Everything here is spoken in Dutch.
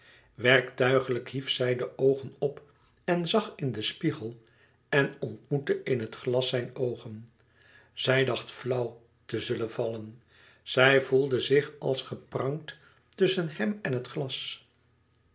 werktuigelijk hief zij de oogen op en zag in den spiegel en ontmoette in het glas zijne oogen zij dacht flauw te zullen vallen zij voelde zich als geprangd tusschen hem en het glas